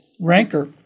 rancor